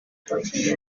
atari